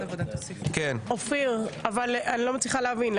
אני לא מצליחה להבין,